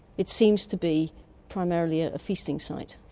it seems to be primarily ah a feasting site.